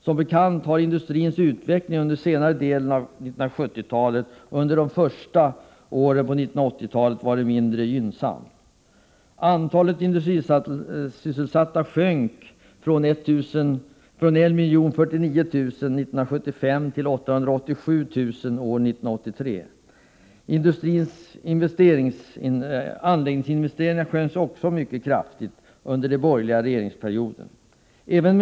Som bekant har industrins utveckling under senare delen av 1970-talet och under de första åren på 1980-talet varit mindre gynnsam. Antalet industrisysselsatta sjönk från 1 049 000 år 1975 till 887 000 år 1983. Industrins anläggningsinvesteringar sjönk också mycket kraftigt under de borgerliga regeringsperioderna.